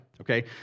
Okay